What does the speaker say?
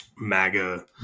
MAGA